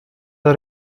der